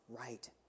right